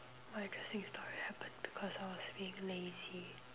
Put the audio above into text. what interesting story happened because I was being lazy